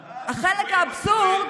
את זוכרת שהיית פה בחניון?